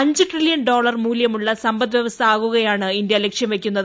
അഞ്ച് trillion dollar മൂല്യമുള്ള സമ്പദ് വൃവസ്ഥ ആകുകയാണ് ഇന്ത്യ ലക്ഷ്യം വയ്ക്കുന്നത്